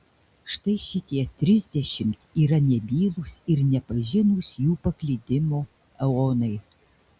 štai šitie trisdešimt yra nebylūs ir nepažinūs jų paklydimo eonai